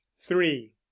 three